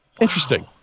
interesting